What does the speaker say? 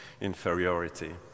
inferiority